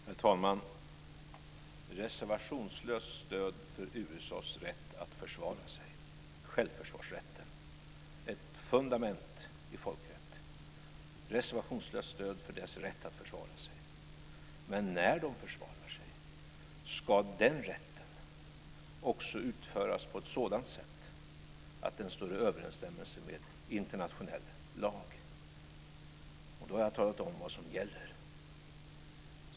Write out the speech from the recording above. Herr talman! Reservationslöst stöd för USA:s rätt att försvara sig - självförsvarsrätten är ett fundament i folkrätten. Men när USA försvarar sig ska den rätten också utnyttjas på ett sådant sätt att den står i överensstämmelse med internationell lag, och då har jag talat om vad som gäller.